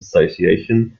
association